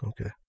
Okay